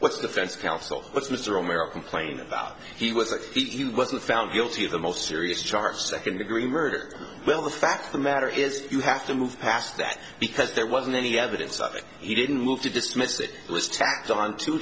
what's defense counsel what's mr o'mara complaining about he was like he wasn't found guilty of the most serious charge second degree murder well the fact the matter is you have to move past that because there wasn't any evidence of it he didn't move to dismiss it was tacked on two